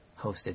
hosted